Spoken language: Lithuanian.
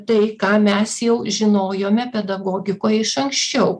tai ką mes jau žinojome pedagogikoje iš anksčiau